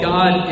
God